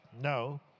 No